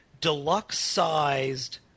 deluxe-sized